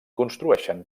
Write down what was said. construeixen